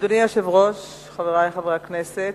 אדוני היושב ראש, חברי חברי הכנסת,